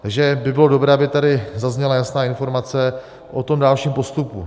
Takže by bylo dobré, aby tady zazněla jasná informace o tom dalším postupu.